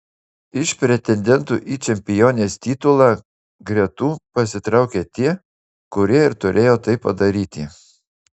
iš pretendentų į čempionės titulą gretų pasitraukė tie kurie ir turėjo tai padaryti